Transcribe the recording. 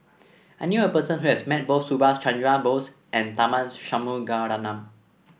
I knew a person who has met both Subhas Chandra Bose and Tharman Shanmugaratnam